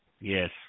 Yes